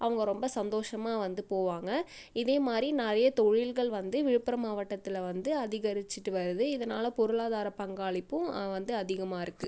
அவுங்க ரொம்ப சந்தோஷமாக வந்து போவாங்க இதேமாதிரி நிறைய தொழில்கள் வந்து விழுப்புரம் மாவட்டத்தில் வந்து அதிகரிச்சுட்டு வருது இதனால் பொருளாதார பங்காளிப்பும் வந்து அதிகமாருக்குது